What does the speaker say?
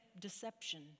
deception